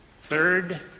Third